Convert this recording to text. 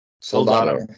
Soldado